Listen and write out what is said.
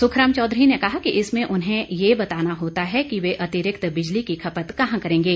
सुखराम चौधरी ने कहा कि इसमें उन्हें यह बताना होता है कि वे अतिरिक्त बिजली की खपत कहां करेंगे